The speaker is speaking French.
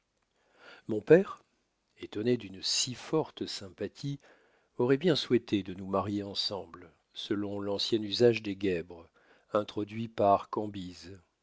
mon père étonné d'une si forte sympathie auroit bien souhaité de nous marier ensemble selon l'ancien usage des guèbres introduit par cambyse